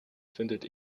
findet